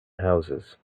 houses